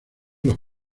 las